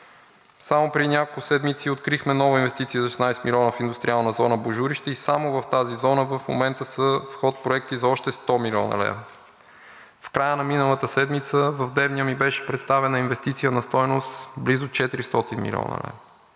Само преди няколко седмици открихме нова инвестиция за 16 милиона в Индустриална зона – Божурище, и само в тази зона в момента са в ход проекти за още 100 млн. лв. В края на миналата седмица в Девня ми беше представена инвестиция на стойност близо 400 млн. лв.